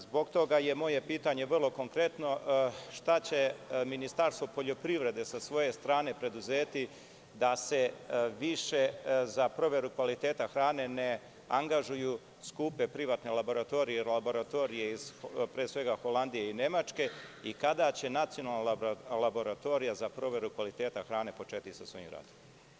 Zbog toga je moje pitanje vrlo konkretno – šta će Ministarstvo poljoprivrede sa svoje strane preduzeti da se više za proveru kvaliteta hrane ne angažuju skupe privatne laboratorije, jer laboratorije, pre svega, Holandije i Nemačke i kada će Nacionalna laboratorija za proveru kvaliteta hrane početi sa svojim radom?